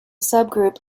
subgroup